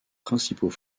principaux